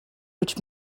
which